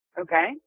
Okay